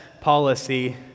policy